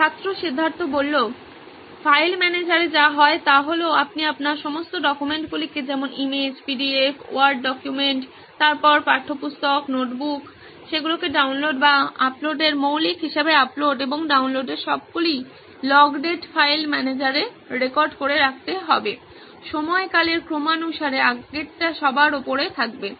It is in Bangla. ছাত্র সিদ্ধার্থ ফাইল ম্যানেজারে যা হয় তা হল আপনি আপনার সমস্ত ডকুমেন্টগুলিকে যেমন ইমেজ পিডিএফ ওয়ার্ড ডকুমেন্ট তারপর পাঠ্যপুস্তক নোটবুক সেগুলিকে ডাউনলোড বা আপলোডের মৌলিক হিসাবে আপলোড এবং ডাউনলোডের সবগুলি লগ ডেট ফাইল ম্যানেজারে রেকর্ড করে রাখতে হবে সময়কালের ক্রম অনুসারে আগেরটা সবার উপরে থাকবে